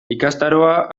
ikastaroa